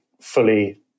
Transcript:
fully